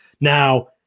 Now –